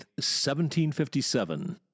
1757